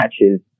matches